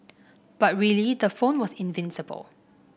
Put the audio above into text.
but really the phone was invincible